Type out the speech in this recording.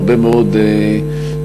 בהרבה מאוד מפגשים,